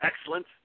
excellent